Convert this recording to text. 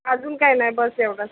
अजून काय नाही बस एवढंच